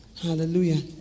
Hallelujah